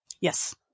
yes